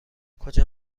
کجا